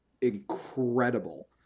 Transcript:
incredible